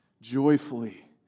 joyfully